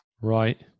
Right